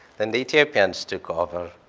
then the ethiopians took over.